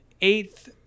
eighth